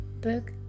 book